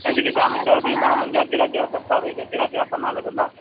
ऐं जेके जमीनदारु बीहंदा हुननि जा कहिड़ा कहिड़ा दस्तावेज कहिड़ा कहिड़ा पन्ना लॻंदा